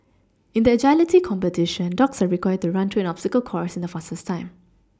in the agility competition dogs are required to run through an obstacle course in the fastest time